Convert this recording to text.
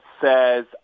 says